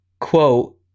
quote